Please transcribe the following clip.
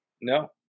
No